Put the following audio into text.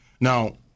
Now